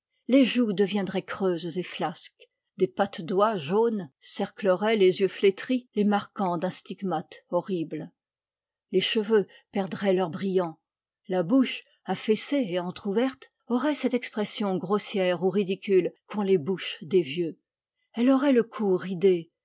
les joues deviendraient creuses et flasques des pattes doie jaunes cercleraient les yeux flétris les marquant d'un stigmate horrible les cheveux perdraient leur brillant la bouche affaissée et entr'ouverte aurait cette expression grossière ou ridicule qu'ont les bouches des vieux elle aurait le cou ridé